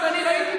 המפלגה שלך.